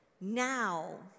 Now